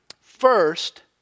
First